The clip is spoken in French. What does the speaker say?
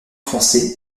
foncé